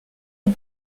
est